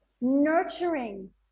nurturing